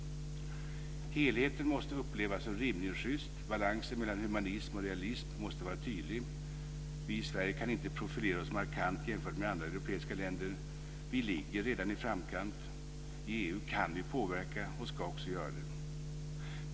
Helheten måste upplevas som rimligt schyst. Balansen mellan idealism och realism måste vara tydlig. Vi i Sverige kan inte profilera oss markant jämfört med andra europeiska länder. Vi ligger redan i framkant. I EU kan vi påverka och ska också göra det.